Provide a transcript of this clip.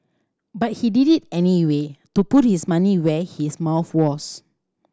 but he did it anyway to put his money where his mouth was